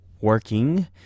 working